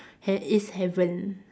hea~ it's heaven